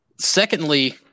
Secondly